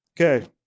Okay